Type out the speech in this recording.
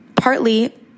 partly